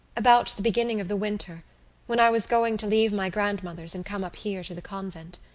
about the beginning of the winter when i was going to leave my grandmother's and come up here to the convent.